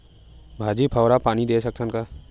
भाजी फवारा पानी दे सकथन का?